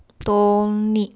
don't need